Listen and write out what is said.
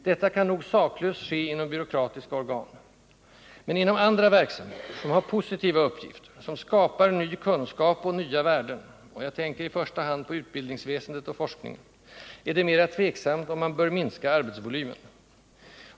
Detta kan nog saklöst ske inom byråkratiska organ. Men inom andra verksamheter, som har positiva uppgifter, som skapar ny kunskap och nya värden — jag tänker här i första hand på utbildningsväsendet och forskningen — är det mera tveksamt om man bör minska arbetsvolymen.